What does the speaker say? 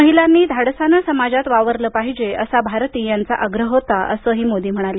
महिलांनी धाडसानं समाजात वावरलं पाहिजे असा भारती यांचा आग्रह होता असं मोदी म्हणाले